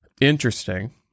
interesting